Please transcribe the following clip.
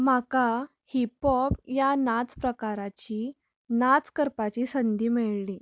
म्हाका हिपॉप ह्या नाच प्रकाराची नाच करपाची संधी मेळली